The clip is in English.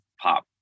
pop